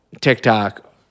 TikTok